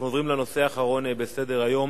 לפני שנעבור לנושא האחרון בסדר-היום: